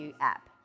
app